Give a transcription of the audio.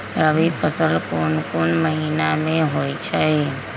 रबी फसल कोंन कोंन महिना में होइ छइ?